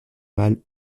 mâle